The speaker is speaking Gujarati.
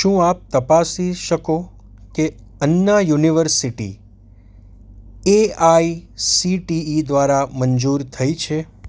શું આપ તપાસી શકો કે અન્ના યુનિવર્સિટી એઆઇસીટીઇ દ્વારા મંજૂર થઈ છે